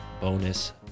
bonus